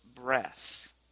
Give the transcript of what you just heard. breath